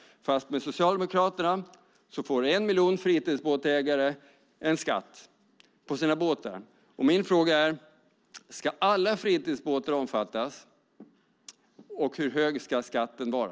Med Socialdemokraterna får en miljon fritidsbåtsägare en skatt på sina båtar. Min fråga är: Ska alla fritidsbåtar omfattas, och hur hög ska skatten vara?